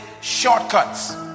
shortcuts